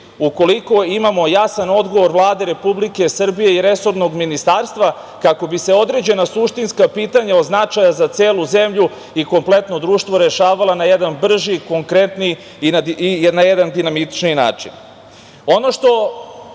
ukoliko imamo jasan odgovor Vlade Republike Srbije i resornog ministarstva kako bi se određena suštinska pitanja od značaja za celu zemlju i kompletno društvo rešavala na jedan brži, konkretniji i na jedan dinamičniji način. Ono